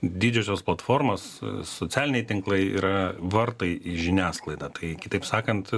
didžiosios platformos socialiniai tinklai yra vartai į žiniasklaidą tai kitaip sakant